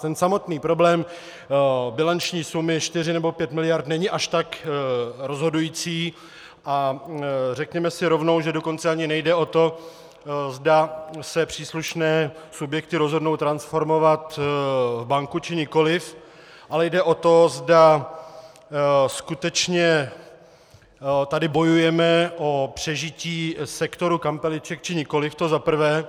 Ten samotný problém bilanční sumy 4 nebo 5 miliard není až tak rozhodující, a řekněme si rovnou, že dokonce ani nejde o to, zda se příslušné subjekty rozhodnou transformovat v banku, či nikoliv, ale jde o to, zda skutečně tady bojujeme o přežití sektoru kampeliček, či nikoliv, to za prvé.